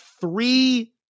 three